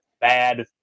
bad